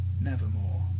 Nevermore